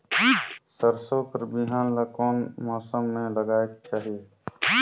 सरसो कर बिहान ला कोन मौसम मे लगायेक चाही?